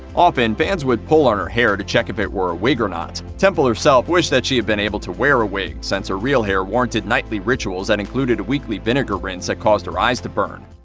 often, fans would pull on her hair to check if it were a wig or not. temple herself wished that she had been able to wear a wig since her real hair warranted nightly rituals that included a weekly vinegar rinse that caused her eyes to burn.